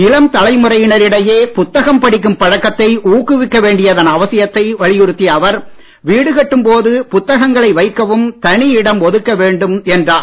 இளம் தலைமுறையினர் இடையே புத்தகம் படிக்கும் பழக்கத்தை ஊக்குவிக்க வேண்டியதன் அவசியத்தை வலியுறுத்திய அவர் வீடுகட்டும் போது புத்தகங்களை வைக்கவும் தனி இடம் ஒதுக்க வேண்டும் என்றார்